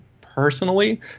personally